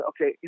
Okay